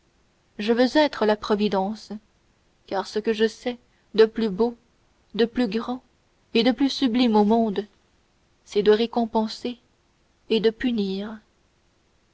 je veux être la providence car ce que je sais de plus beau de plus grand et de plus sublime au monde c'est de récompenser et de punir